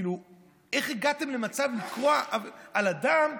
איך הגעתם למצב של לקרוע על אדם,